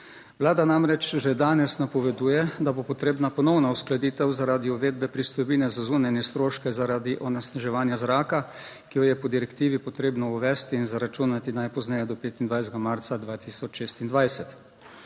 Vlada namreč že danes napoveduje, da bo potrebna ponovna uskladitev zaradi uvedbe pristojbine za zunanje stroške zaradi onesnaževanja zraka, ki jo je po direktivi potrebno uvesti in zaračunati najpozneje do 25. marca 2026,